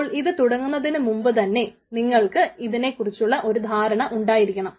അപ്പോൾ ഇത് തുടങ്ങുന്നതിനു മുമ്പ് തന്നെ നിങ്ങൾക്ക് ഇതിനെ കുറിച്ചുള്ള ഒരു ധാരണ ഉണ്ടായിരിക്കണം